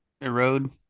erode